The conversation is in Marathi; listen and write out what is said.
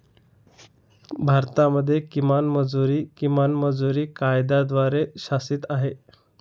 भारतामध्ये किमान मजुरी, किमान मजुरी कायद्याद्वारे शासित आहे